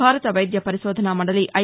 భారత వైద్య పరిశోధనా మండలి ఐ